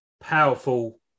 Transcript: powerful